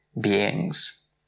beings